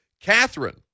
Catherine